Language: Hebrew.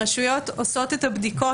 הרשויות עושות את הבדיקות,